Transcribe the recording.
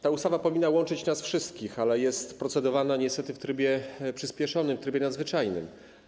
Ta ustawa powinna łączyć nas wszystkich, ale jest procedowana niestety w trybie przyspieszonym, w trybie nadzwyczajnym.